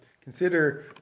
consider